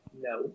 No